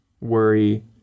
worry